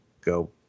go